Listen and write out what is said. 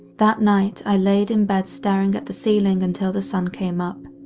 that night i laid in bed staring at the ceiling until the sun came up.